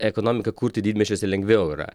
ekonomiką kurti didmiesčiuose lengviau yra